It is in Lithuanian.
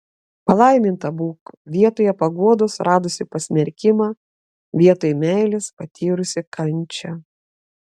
palaiminta būk vietoj paguodos radusi pasmerkimą vietoj meilės patyrusi kančią